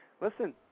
listen